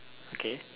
okay